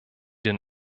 den